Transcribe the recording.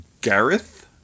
Gareth